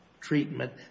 treatment